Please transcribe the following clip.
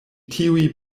tiuj